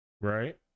Right